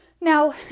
Now